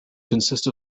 consist